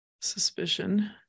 suspicion